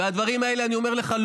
ואני אומר לך,